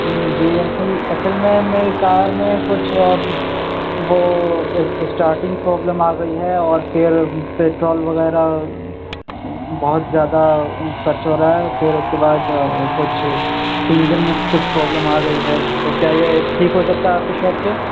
جی اصل میں میں کار میں کچھ وہ اسٹارٹنگ پرابلم آ گئی ہے اور پھر پٹرول وغیرہ بہت زیادہ خرچ ہو رہا ہے پھر اس کے بعد کچھ انجن میں کچھ پرابلم آ گئی ہے تو کیا یہ ٹھیک ہو سکتا ہے آپ کی شاپ پہ